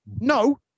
No